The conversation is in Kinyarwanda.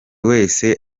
wese